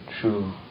true